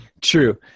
true